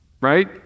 Right